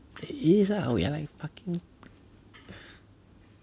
it is ah we are like fucking